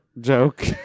joke